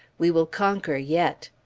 we will conquer yet.